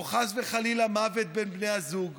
או חס וחלילה מוות, של בני הזוג.